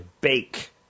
bake